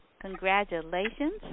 Congratulations